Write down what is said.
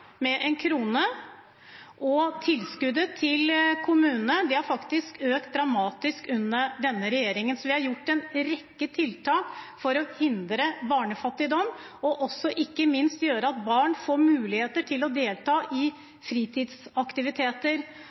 med én krone, og tilskuddet til kommunene har faktisk økt dramatisk under denne regjeringen. Vi har gjort en rekke tiltak for å hindre barnefattigdom og ikke minst gjøre at barn får mulighet til å delta i fritidsaktiviteter.